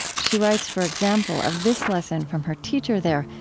she writes, for example, of this lesson from her teacher there,